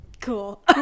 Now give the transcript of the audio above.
cool